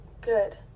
good